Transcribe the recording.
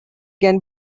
can